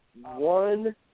one